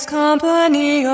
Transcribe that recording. company